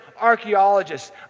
archaeologists